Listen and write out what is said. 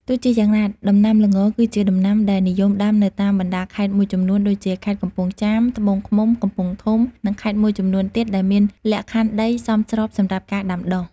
ទោះជាយ៉ាងណា ដំណាំល្ង គឺជាដំណាំដែលនិយមដាំនៅតាមបណ្ដាខេត្តមួយចំនួនដូចជា ខេត្តកំពង់ចាម ត្បូងឃ្មុំ កំពង់ធំ និងខេត្តមួយចំនួនទៀតដែលមានលក្ខខណ្ឌដីសមស្របសម្រាប់ការដាំដុះ។